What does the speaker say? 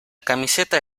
camiseta